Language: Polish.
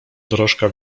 dorożka